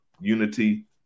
unity